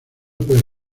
puede